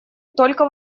только